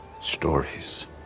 Stories